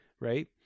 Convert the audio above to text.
right